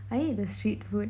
I ate the street food